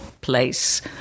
place